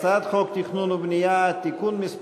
הצעת